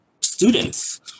students